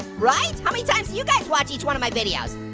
right? how many times do you guys watch each one of my videos?